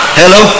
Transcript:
hello